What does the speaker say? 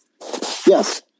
Yes